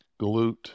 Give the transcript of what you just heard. Glute